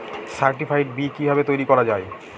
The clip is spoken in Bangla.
সার্টিফাইড বি কিভাবে তৈরি করা যায়?